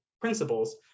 principles